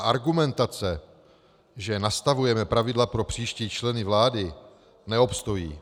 Argumentace, že nastavujeme pravidla pro příští členy vlády, neobstojí.